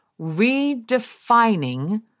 redefining